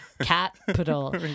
capital